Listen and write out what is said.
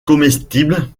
comestibles